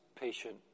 patient